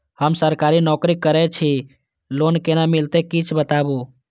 हम सरकारी नौकरी करै छी लोन केना मिलते कीछ बताबु?